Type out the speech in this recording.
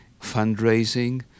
fundraising